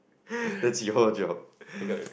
that's your job